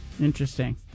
Interesting